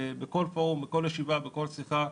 בכל פורום, בכל ישיבה, בכל שיחה.